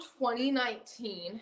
2019